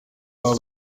baba